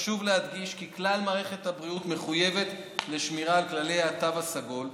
חשוב להדגיש כי כלל מערכת הבריאות מחויבת לשמירה על כללי התו הסגול.